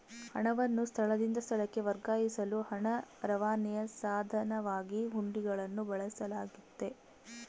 ಹಣವನ್ನು ಸ್ಥಳದಿಂದ ಸ್ಥಳಕ್ಕೆ ವರ್ಗಾಯಿಸಲು ಹಣ ರವಾನೆಯ ಸಾಧನವಾಗಿ ಹುಂಡಿಗಳನ್ನು ಬಳಸಲಾಗ್ತತೆ